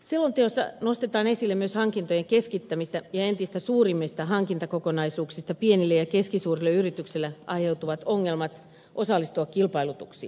selonteossa nostetaan esille myös hankintojen keskittämisestä ja entistä suuremmista hankintakokonaisuuksista pienille ja keskisuurille yrityksille aiheutuvat ongelmat osallistua kilpailutuksiin